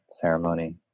ceremony